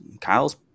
Kyle's